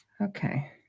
Okay